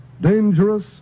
dangerous